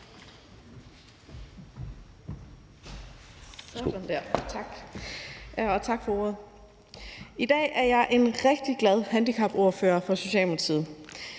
I dag er jeg en rigtig glad handicapordfører for Socialdemokratiet.